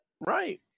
Right